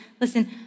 listen